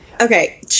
Okay